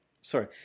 sorry